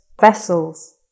vessels